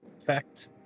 Effect